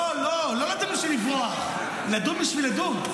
לא, לא, לא בשביל לברוח, לדון בשביל לדון.